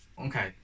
okay